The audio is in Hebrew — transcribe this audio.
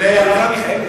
ולאברהם מיכאלי.